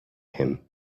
him